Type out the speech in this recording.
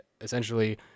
essentially